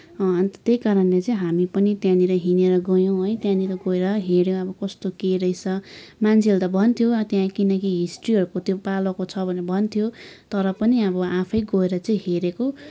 अन्त त्यही कारणले चाहिँ हामी पनि त्यहाँनिर हिँडेर गयौँ है त्यहाँनिर गएर हेऱ्यौँ अब कस्तो के रहेछ मान्छेहरूले त भन्थ्यो त्यहाँ किनकि हिस्ट्रीहरूको त्यो पालोको छ भनेर त भन्थ्यो तर पनि अब आफै गएर चाहिँ हेरेको